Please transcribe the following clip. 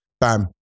Bam